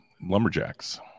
lumberjacks